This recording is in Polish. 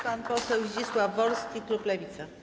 Pan poseł Zdzisław Wolski, klub Lewica.